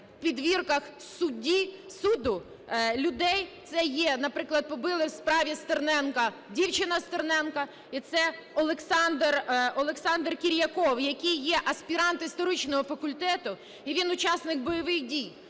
в підвірках суду людей, це є... Наприклад, побили в справі Стерненка дівчину Стерненка, і це є Олександр Кіряков, який є аспірант історичного факультету, і він учасник бойових дій.